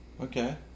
Okay